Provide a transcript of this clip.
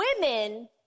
women